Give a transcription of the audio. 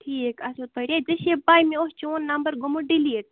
ٹھیٖک اَصٕل پٲٹھۍ یے ژےٚ چھِ یے پَے مےٚ اوس چون نَمبر گوٚمُت ڈِلیٖٹ